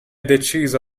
deciso